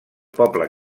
poble